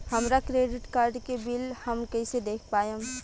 हमरा credit card के bill हम कइसे देख पाएम?